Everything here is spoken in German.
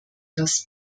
das